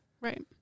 right